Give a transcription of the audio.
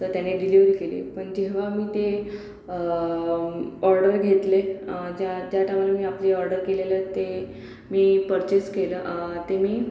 तर त्याने डिलेवरी केली पण जेव्हा मी ते ऑर्डर घेतले ज्या त्या टायमाला मी आपली ऑर्डर केलेलं ते मी पर्चेस केलं ते मी